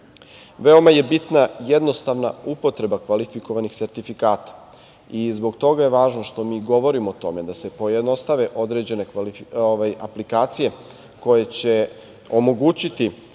je bitna jednostavna upotreba kvalifikovanih sertifikata i zbog toga je važno što mi govorimo o tome da se pojednostave određene aplikacije koje će omogućiti